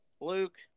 Luke